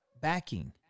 backing